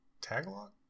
Tagalog